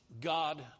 God